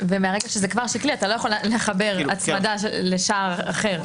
ומהרגע שזה כבר שקלי אתה לא יכול לחבר הצמדה לשער אחר,